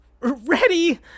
ready